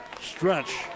stretch